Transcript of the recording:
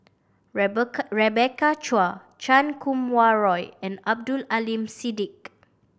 Rebecca Rebecca Chua Chan Kum Wah Roy and Abdul Aleem Siddique